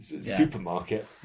supermarket